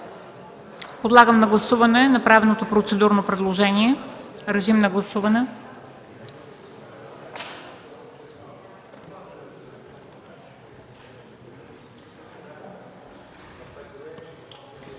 Подлагам на гласуване направеното процедурно предложение за допускане